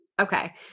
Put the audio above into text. okay